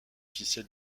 officiel